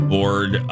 Board